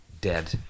dead